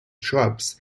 shrubs